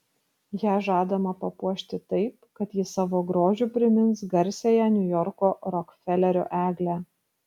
ją žadama papuošti taip kad ji savo grožiu primins garsiąją niujorko rokfelerio eglę